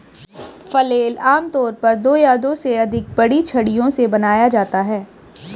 flail आमतौर पर दो या दो से अधिक बड़ी छड़ियों से बनाया जाता है